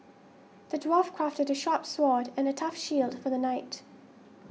the dwarf crafted a sharp sword and a tough shield for the knight